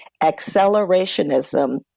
Accelerationism